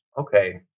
okay